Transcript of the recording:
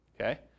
Okay